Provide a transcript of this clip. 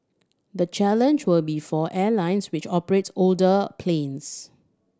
the challenge will be for airlines which operate older planes